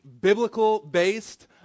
biblical-based